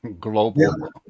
global